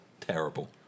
Terrible